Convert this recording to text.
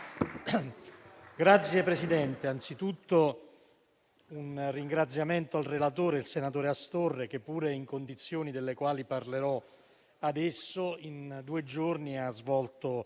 Signor Presidente, rivolgo un ringraziamento al relatore senatore Astorre, che, seppure in condizioni delle quali parlerò adesso, in due giorni ha svolto